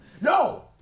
No